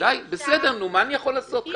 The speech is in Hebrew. מה אני יכול לעשות?